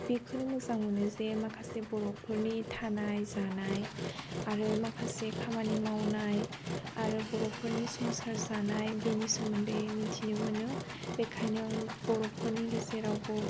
बेखौनो मोजां मोनो जे माखासे बर'फोरनि थानाय जानाय आरो माखासे खामानि मावनाय आरो बर'फोरनि संसार जानाय बेनि सोमोन्दै मिन्थिनो मोनो बेनिखायनो आं बर'फोरनि गेजेरावबो